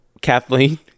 Kathleen